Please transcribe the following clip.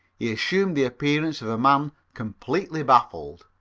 he assumed the appearance of a man completely baffled.